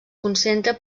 concentra